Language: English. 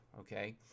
okay